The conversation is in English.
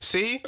See